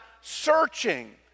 searching